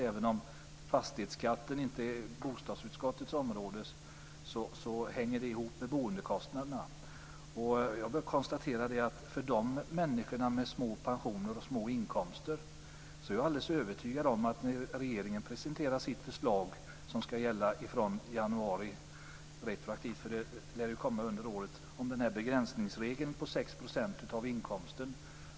Även om fastighetsskatten inte ligger inom bostadsutskottets område, påverkar den boendekostnaderna. Regeringen presenterar ju ett förslag som ska gälla retroaktivt fr.o.m. januari och som innebär en begränsning av fastighetsskatten till 6 % av inkomsten.